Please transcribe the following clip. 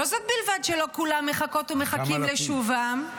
לא זו בלבד שלא כולם מחכות ומחכים לשובם,